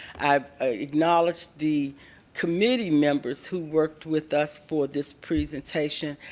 i acknowledge the committee members who worked with us for this presentation.